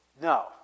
No